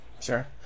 Sure